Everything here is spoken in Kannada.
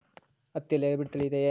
ಹತ್ತಿಯಲ್ಲಿ ಹೈಬ್ರಿಡ್ ತಳಿ ಇದೆಯೇ?